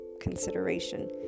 consideration